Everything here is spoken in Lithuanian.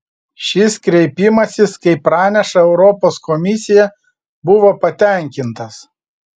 šis kreipimasis kaip praneša europos komisija buvo patenkintas